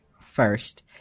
First